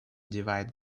divide